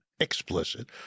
explicit